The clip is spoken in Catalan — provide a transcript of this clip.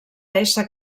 esser